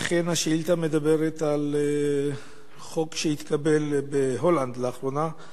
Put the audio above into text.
אכן, השאילתא מדברת על חוק שהתקבל בהולנד לאחרונה.